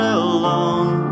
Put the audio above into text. alone